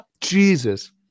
Jesus